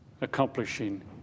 accomplishing